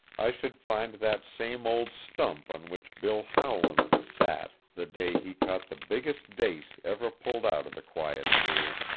i should find that same old stump on which bill howland sat the day he caught the biggest dace ever pulled out of the quiet pool.